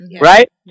right